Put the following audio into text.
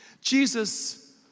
Jesus